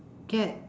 get